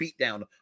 beatdown